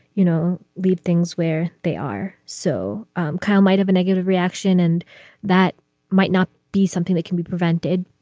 you know, leave things where they are. so kyle might have a negative reaction and that might not be something that can be prevented